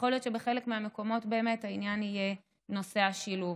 ויכול להיות שבחלק מהמקומות באמת העניין יהיה נושא השילוב.